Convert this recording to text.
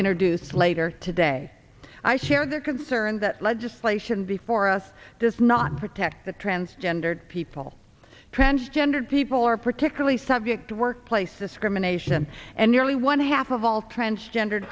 introduce later today i share their concern that legislation before us does not protect the transgendered people transgendered people are particularly subject to workplace discrimination and nearly one half of all transgender